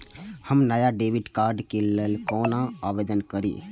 हम नया debit card के लल कौना आवेदन करि?